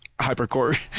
HyperCore